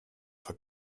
for